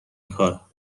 کارم